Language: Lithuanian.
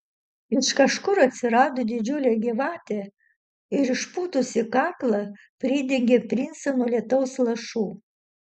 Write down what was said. iš kažkur atsirado didžiulė gyvatė ir išpūtusi kaklą pridengė princą nuo lietaus lašų